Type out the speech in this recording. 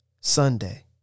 Sunday